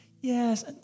Yes